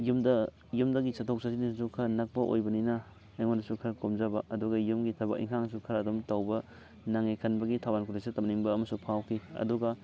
ꯌꯨꯝꯗ ꯌꯨꯝꯗꯒꯤ ꯆꯠꯊꯣꯛ ꯆꯠꯁꯤꯟꯗꯁꯨ ꯈꯔ ꯅꯛꯄ ꯑꯣꯏꯕꯅꯤꯅ ꯑꯩꯉꯣꯟꯗꯁꯨ ꯈꯔ ꯀꯣꯝꯖꯕ ꯑꯗꯨꯒ ꯌꯨꯝꯒꯤ ꯊꯕꯛ ꯏꯪꯈꯥꯡꯁꯨ ꯈꯔ ꯑꯗꯨꯝ ꯇꯧꯕ ꯅꯪꯉꯤ ꯈꯟꯕꯒꯤ ꯊꯧꯕꯥꯜ ꯀꯣꯂꯦꯖꯁꯤ ꯇꯝꯅꯤꯡꯕ ꯑꯃꯁꯨ ꯐꯎꯈꯤ ꯑꯗꯨꯒ